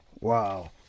Wow